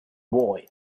boy